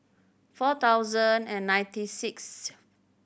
four thousand and ninety sixth